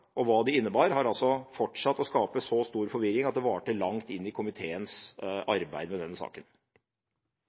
hva det innebar, har altså fortsatt å skape så stor forvirring at det varte langt inn i komiteens arbeid med denne saken.